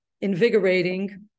invigorating